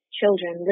children